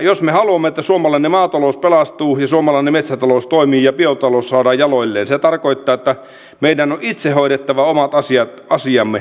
jos me haluamme että suomalainen maatalous pelastuu ja suomalainen metsätalous toimii ja biotalous saadaan jaloilleen se tarkoittaa että meidän on itse hoidettava omat asiamme